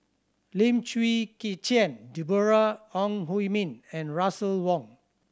Lim Chwee Chian Deborah Ong Hui Min and Russel Wong